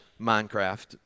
Minecraft